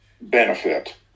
benefit